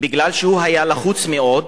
מפני שהיה לחוץ מאוד.